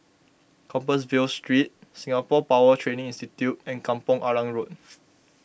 Compassvale Street Singapore Power Training Institute and Kampong Arang Road